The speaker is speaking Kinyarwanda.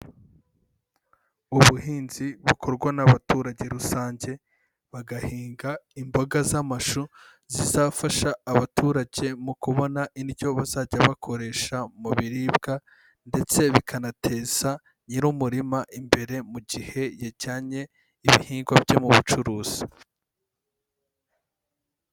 Ubuhinzi bukorwa n'abaturage rusange bagahinga imboga z'amashu zizafasha abaturage mu kubona indyo bazajya bakoresha mu biribwa, ndetse bikanateza nyiri umurima imbere mu gihe yajyanye ibihingwa bye mu bucuruzi.